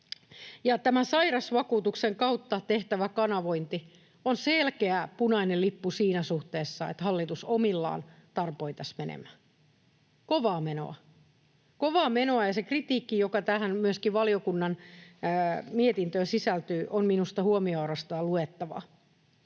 tämä sairausvakuutuksen kautta tehtävä kanavointi on selkeä punainen lippu siinä suhteessa, että hallitus omillaan tarpoi tässä menemään. Kovaa menoa, kovaa menoa, ja se kritiikki, joka myöskin tähän valiokunnan mietintöön sisältyy, on minusta huomionarvoista luettavaa.